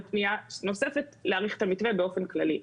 ופנייה נוספת להאריך את המתווה באופן כללי.